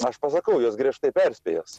aš pasakau juos griežtai perspėjęs